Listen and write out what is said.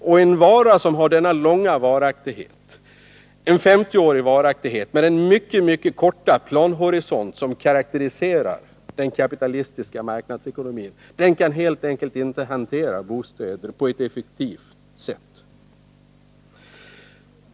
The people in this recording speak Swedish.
Det gäller en produkt som har en 50-årig varaktighet, men med den mycket inskränkta planeringshorisont som karakteriserar den kapitalistiska marknadsekonomin kan man helt enkelt inte hantera bostäder på ett effektivt sätt.